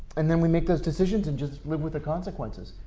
and then we make those decisions and just live with the consequences.